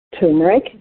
turmeric